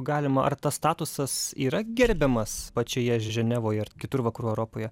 galima ar tas statusas yra gerbiamas pačioje ženevoje ar kitur vakarų europoje